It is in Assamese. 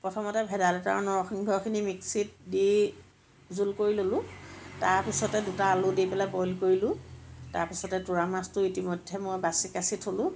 প্ৰথমতে ভেদাইলতা আৰু নৰসিংহখিনি মিক্সিত দি জোল কৰি ল'লোঁ তাৰ পিছতে দুটা আলু দি পেলাই বইল কৰিলোঁ তাৰ পিছতে টোৰা মাছটো ইতিমধ্য়ে মই বাচি কাচি থলো